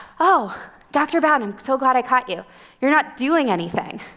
oh, dr. bowden, so glad i caught you you're not doing anything.